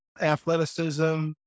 Athleticism